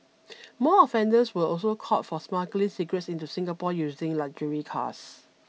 more offenders were also caught for smuggling cigarettes into Singapore using luxury cars